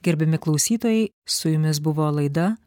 gerbiami klausytojai su jumis buvo laida